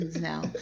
now